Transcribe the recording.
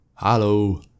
Hello